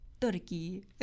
Turkey